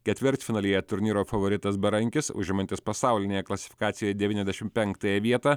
ketvirtfinalyje turnyro favoritas berankis užimantis pasaulinėje klasifikacijoje devyniasdešim penktąją vietą